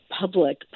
public